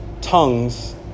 tongues